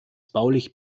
baulich